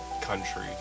country